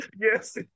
Yes